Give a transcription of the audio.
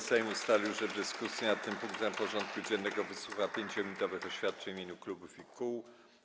Sejm ustalił, że w dyskusji nad tym punktem porządku dziennego wysłucha 5-minutowych oświadczeń w imieniu klubów i kół.